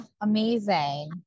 Amazing